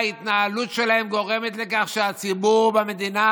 וההתנהלות שלהם גורמת לכך שהציבור במדינה